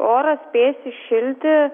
oras spės įšilti